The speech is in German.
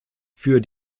für